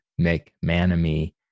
McManamy